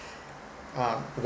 uh